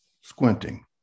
squinting